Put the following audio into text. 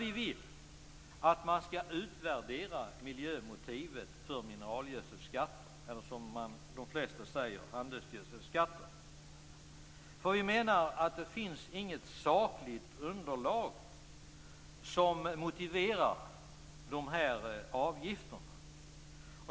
Vi vill att man skall utvärdera miljömotivet för mineralgödselskatter, eller handelsgödselskatter som de flesta kallar dem för. Det finns inget sakligt underlag som motiverar dessa avgifter.